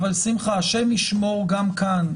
אז השם ישמור גם כאן,